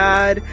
God